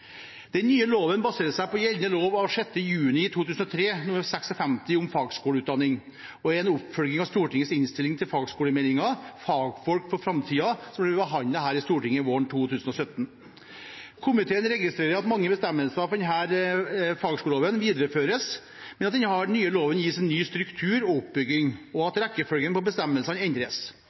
Den nye loven baserer seg på gjeldende lov av 6. juni 2003 nr. 56 om fagskoleutdanning og er en oppfølging av Stortingets innstilling til fagskolemeldingen, Fagfolk for framtiden, som ble behandlet her i Stortinget våren 2017. Komiteen registrerer at mange bestemmelser fra den gjeldende fagskoleloven videreføres, men at den nye loven gis en ny struktur og oppbygging, og at rekkefølgen på bestemmelsene endres.